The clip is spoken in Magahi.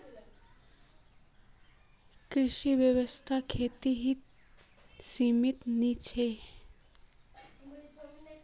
कृषि व्यवसाय खेती तक ही सीमित नी छे